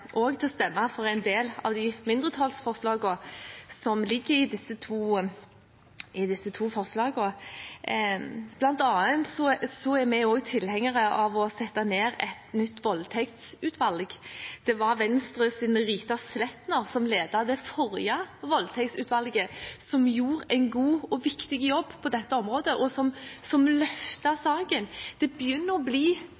til å stemme for en del av de mindretallsforslagene som ligger inne i disse to innstillingene. Blant annet er også vi tilhengere av å nedsette et nytt voldtektsutvalg. Det var Venstres Rita Sletner som ledet det forrige voldtektsutvalget, som gjorde en god og viktig jobb på dette området, og som